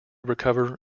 recover